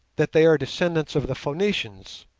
that they are descendants of the phoenicians.